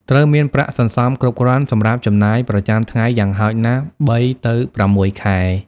ត្រូវមាន ប្រាក់សន្សំគ្រប់គ្រាន់ សម្រាប់ចំណាយប្រចាំថ្ងៃយ៉ាងហោចណាស់ ៣ ទៅ ៦ ខែ។